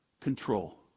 control